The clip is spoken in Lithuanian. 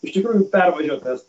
iš tikrųjų pervažiuotas